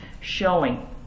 showing